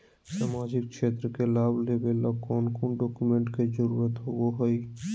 सामाजिक क्षेत्र के लाभ लेबे ला कौन कौन डाक्यूमेंट्स के जरुरत होबो होई?